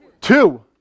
two